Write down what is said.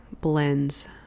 blends